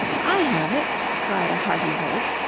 i have it, cried a hearty voice,